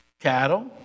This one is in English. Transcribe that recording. cattle